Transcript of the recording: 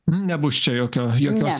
nebus čia jokio jokios